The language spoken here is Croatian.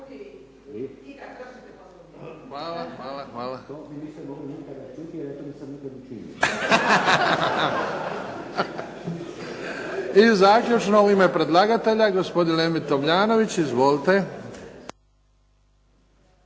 I zaključno u ime predlagatelja, gospodin Emil Tomljanović. Izvolite.